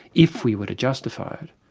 if we were to justify,